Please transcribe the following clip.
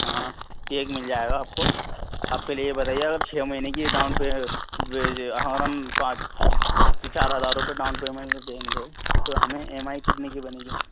ہاں چیک مل جائے گا آپ کو آپ پہلے یہ بتائیے اگر چھ مہینے کی ڈاؤن پے پانچ چار ہزار روپئے ڈاؤن پیمنٹ میں دیں گے تو ہمیں ایم آئی کتنے کی بنے گی